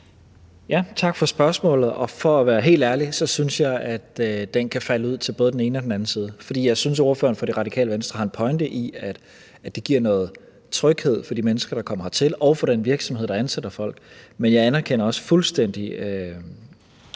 Tak for spørgsmålet. For at være helt ærlig synes jeg, at det kan falde ud til både den ene og den anden side, for jeg synes, at ordføreren fra Det Radikale Venstre har en pointe i, at det giver noget tryghed for de mennesker, der kommer hertil, og for den virksomhed, der ansætter folk, men jeg anerkender også fuldstændig